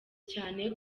cyane